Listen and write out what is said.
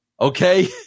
Okay